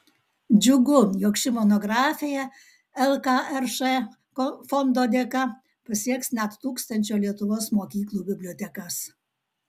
džiugu jog ši monografija lkrš fondo dėka pasieks net tūkstančio lietuvos mokyklų bibliotekas